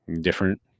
different